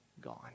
gone